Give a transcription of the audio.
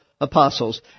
apostles